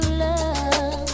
love